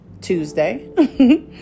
Tuesday